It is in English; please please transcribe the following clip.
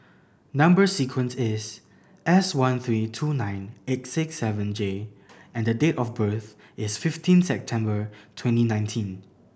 number sequence is S one three two nine eight six seven J and date of birth is fifteen September twenty nineteen